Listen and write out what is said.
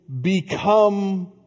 become